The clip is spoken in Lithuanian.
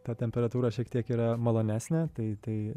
ta temperatūra šiek tiek yra malonesnė tai tai